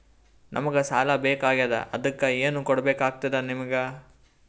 ನಮಗ ಸಾಲ ಬೇಕಾಗ್ಯದ ಅದಕ್ಕ ಏನು ಕೊಡಬೇಕಾಗ್ತದ ನಿಮಗೆ?